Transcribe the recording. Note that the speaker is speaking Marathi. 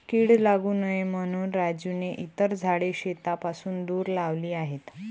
कीड लागू नये म्हणून राजूने इतर झाडे शेतापासून दूर लावली आहेत